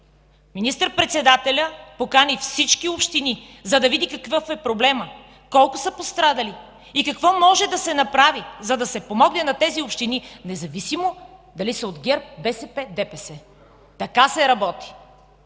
министър-председателят покани всички общини, за да види какъв е проблемът, колко са пострадали и какво може да се направи, за да се помогне на тези общини, независимо дали са от ГЕРБ, БСП, ДПС. (Шум и реплики